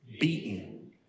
beaten